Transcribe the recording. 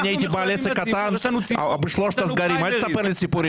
אל תספר לי סיפורים.